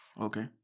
Okay